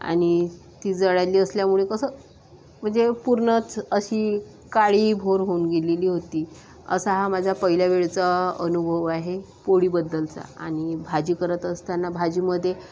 आणि ती जळाली असल्यामुळे कसं म्हणजे पूर्णच अशी काळीभोर होऊन गेलेली होती असा हा माझा पहिल्या वेळचा अनुभव आहे पोळीबद्दलचा आणि भाजी करत असताना भाजीमध्ये